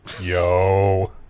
Yo